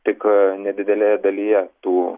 tik nedidelėje dalyje tų